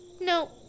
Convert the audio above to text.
No